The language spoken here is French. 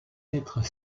être